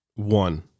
One